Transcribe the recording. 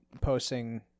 posting